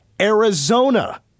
Arizona